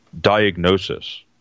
diagnosis